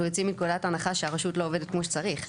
יוצאים מנקודת הנחה שהרשות לא עובדת כמו שצריך.